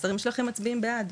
השרים שלכם מצביעים בעד,